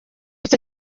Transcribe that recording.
icyo